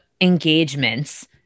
engagements